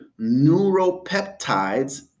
neuropeptides